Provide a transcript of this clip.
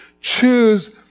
choose